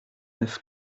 neuf